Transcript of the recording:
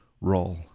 role